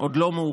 עוד לא מאוחר,